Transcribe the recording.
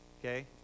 Okay